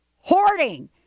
hoarding